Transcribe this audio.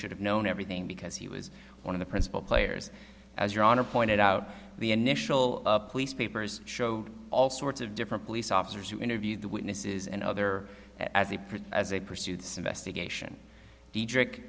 should have known everything because he was one of the principal players as your honor pointed out the initial police papers showed all sorts of different police officers who interviewed the witnesses and other as a pretty as a pursuits investigation diedrich